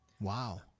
Wow